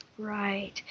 right